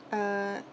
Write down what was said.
uh